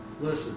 listen